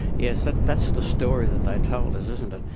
yes, that's that's the story that they told us, isn't it.